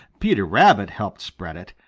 peter rabbit helped spread it.